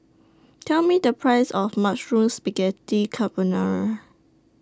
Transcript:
Tell Me The Price of Mushroom Spaghetti Carbonara